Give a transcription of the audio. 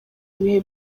ibihe